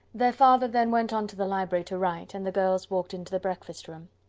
their father then went on to the library to write, and the girls walked into the breakfast-room.